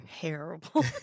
terrible